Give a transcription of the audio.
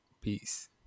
Peace